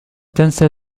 تنس